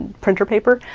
printer paper,